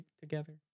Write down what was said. together